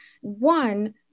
one